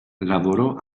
lavorò